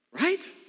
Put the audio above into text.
right